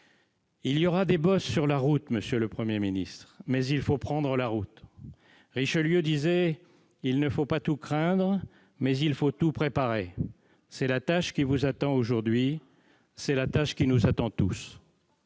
Il y aura des bosses sur la route, monsieur le Premier ministre, mais il faut prendre la route. Richelieu disait :« Il ne faut pas tout craindre, mais il faut tout préparer. » C'est la tâche qui vous attend aujourd'hui, c'est la tâche qui nous attend tous.